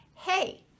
hey